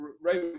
right